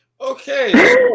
Okay